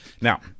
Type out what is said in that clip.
now